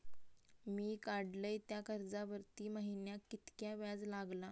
मी काडलय त्या कर्जावरती महिन्याक कीतक्या व्याज लागला?